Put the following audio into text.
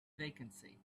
vacancy